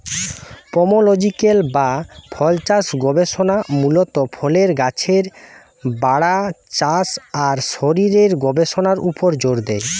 pomological বা ফলচাষ গবেষণা মূলত ফলের গাছের বাড়া, চাষ আর শরীরের গবেষণার উপর জোর দেয়